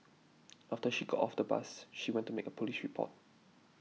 after she got off the bus she went to make a police report